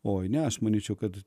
oi ne aš manyčiau kad